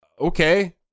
okay